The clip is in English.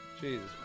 Jesus